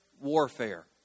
warfare